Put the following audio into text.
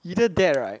either that right